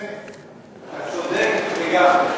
משה, אתה צודק לגמרי.